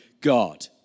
God